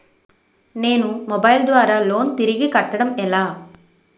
నేను మొబైల్ ద్వారా లోన్ తిరిగి కట్టడం ఎలా?